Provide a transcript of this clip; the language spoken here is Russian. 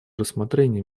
рассмотрение